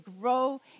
grow